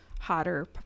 Hotter